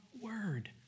word